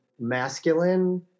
masculine